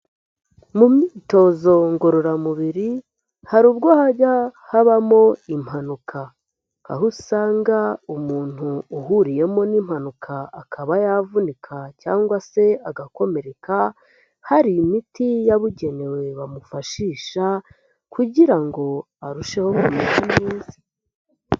Mu myitozo ngororamubiri, hari ubwo hajya habamo impanuka. Aho usanga umuntu uhuriyemo n'impanuka akaba yavunika cyangwa se agakomereka, hari imiti yabugenewe bamufashisha kugira ngo arusheho kumera neza.